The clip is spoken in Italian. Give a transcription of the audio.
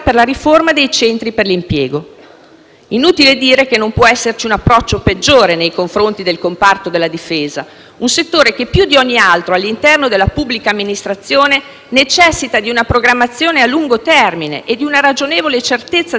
inutile dire che non può esserci un approccio peggiore nei confronti del comparto della Difesa, un settore che più di ogni altro all'interno della pubblica amministrazione necessita di una programmazione a lungo termine e di una ragionevole certezza delle risorse e degli investimenti.